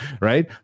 right